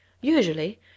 Usually